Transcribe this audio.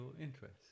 interest